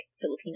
Filipino